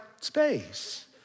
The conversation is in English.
space